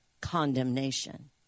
condemnation